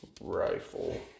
rifle